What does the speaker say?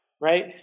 right